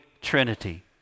Trinity